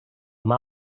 mar